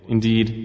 Indeed